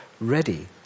ready